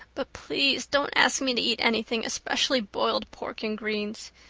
but please don't ask me to eat anything, especially boiled pork and greens.